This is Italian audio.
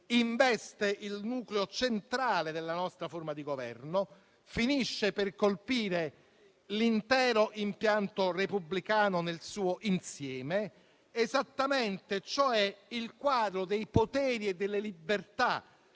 investe il nucleo centrale della nostra forma di governo e finisce per colpire l'intero impianto repubblicano nel suo insieme, cioè il quadro esatto dei poteri e delle libertà